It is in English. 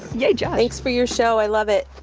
yay, josh thanks for your show. i love it.